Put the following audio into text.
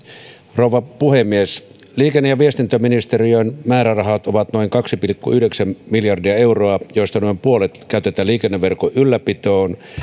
rouva puhemies liikenne ja viestintäministeriön määrärahat ovat noin kaksi pilkku yhdeksän miljardia euroa joista noin puolet käytetään liikenneverkon ylläpitoon